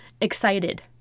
excited